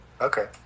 Okay